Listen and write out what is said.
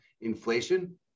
inflation